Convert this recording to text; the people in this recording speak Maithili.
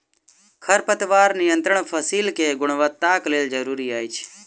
खरपतवार नियंत्रण फसील के गुणवत्ताक लेल जरूरी अछि